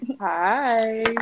Hi